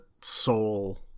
soul